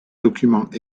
document